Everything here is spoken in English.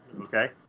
Okay